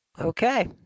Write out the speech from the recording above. Okay